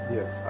Yes